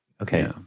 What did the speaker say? Okay